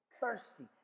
thirsty